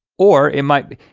or it might be,